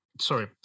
sorry